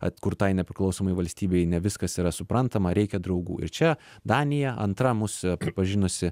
atkurtai nepriklausomai valstybei ne viskas yra suprantama reikia draugų ir čia danija antra mus pripažinusi